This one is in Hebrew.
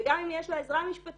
וגם אם יש לה עזרה משפטית,